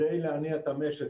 כדי להניע את המשק.